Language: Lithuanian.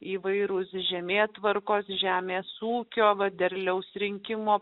įvairius žemėtvarkos žemės ūkio derliaus rinkimo